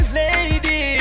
lady